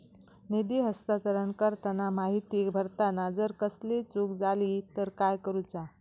निधी हस्तांतरण करताना माहिती भरताना जर कसलीय चूक जाली तर काय करूचा?